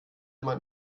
man